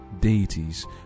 deities